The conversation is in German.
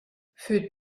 für